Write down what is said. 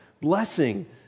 Blessing